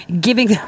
giving